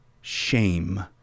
shame